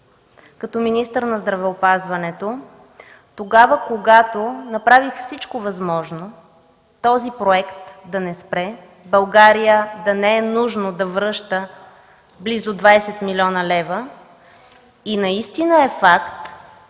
като министър на здравеопазването, когато направих всичко възможно този проект да не спре, България да не е нужно да връща близо 20 млн. лева. Наистина е факт,